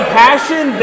passion